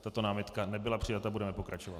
Tato námitka nebyla přijata, budeme pokračovat.